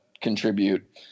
contribute